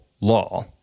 law